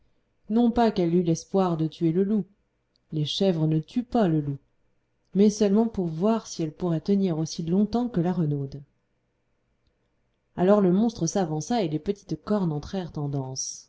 non pas qu'elle eût l'espoir de tuer le loup les chèvres ne tuent pas le loup mais seulement pour voir si elle pourrait tenir aussi longtemps que la renaude alors le monstre s'avança et les petites cornes